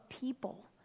people